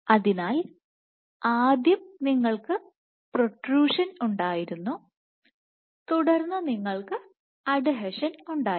അതിനാൽ ആദ്യം നിങ്ങൾക്ക് പ്രോട്രൂഷൻ ഉണ്ടായിരുന്നു തുടർന്ന് നിങ്ങൾക്ക് അഡ്ഹീഷൻ ഉണ്ടായി